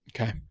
okay